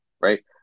right